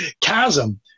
chasm